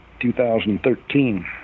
2013